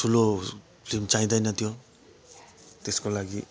ठुलो फ्लिम चाहिँदैन त्यो त्यसको लागि